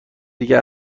دیگه